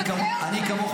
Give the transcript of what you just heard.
תומכת